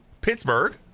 Pittsburgh